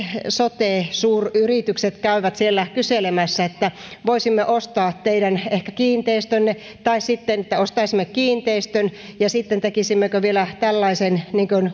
sote suuryritykset käyvät siellä kyselemässä että voisimme ehkä ostaa teidän kiinteistönne tai sitten että ostaisimme kiinteistön ja sitten tekisimmekö vielä tällaisen